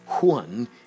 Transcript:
One